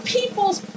People's